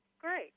Great